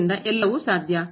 ಆದ್ದರಿಂದ ಎಲ್ಲವೂ ಸಾಧ್ಯ